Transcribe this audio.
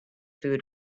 food